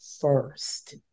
first